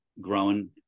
growing